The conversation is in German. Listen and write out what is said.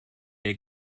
der